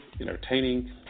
entertaining